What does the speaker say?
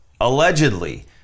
Allegedly